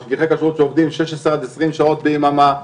משגיחי כשרות שעובדים 16 עד 20 שעות ביממה,